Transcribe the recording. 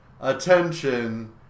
attention